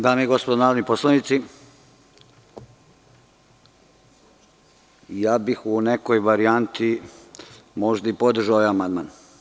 Dame i gospodo narodni poslanici, ja bih u nekoj varijanti možda i podržao ovaj amandman.